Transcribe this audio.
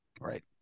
right